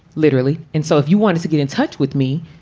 literally. and so if you wanted to get in touch with me,